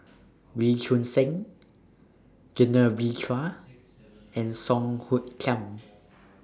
Wee Choon Seng Genevieve Chua and Song Hoot Kiam